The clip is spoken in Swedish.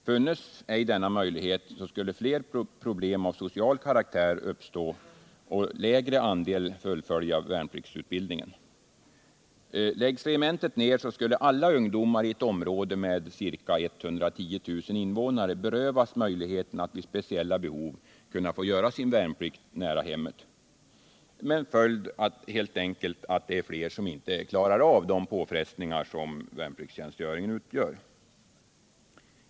Funnes ej denna möjlighet skulle fler problem av social karaktär uppstå och lägre andel kunna fullfölja värnpliktsutbildningen. Läggs regementet ner skulle alla ungdomar i ett område med ca 110 000 invånare berövas möjlighet att vid speciella behov få göra sin värnplikt nära hemmet, med följd att fler helt enkelt inte klarar av tjänstgöringen.